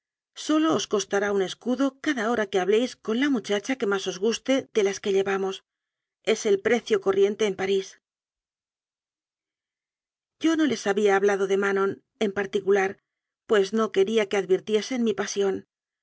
os costará un es cudo cada hora que habléis con la muchacha que más os guste de las que llevamos es el precio comente en parís yo no les había hablado de manon en particu lar pues no quería que advirtiesen mi pasión